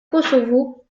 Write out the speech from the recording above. kosovo